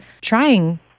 trying